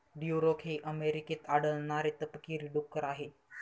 Duroc हे अमेरिकेत आढळणारे तपकिरी डुक्कर आहे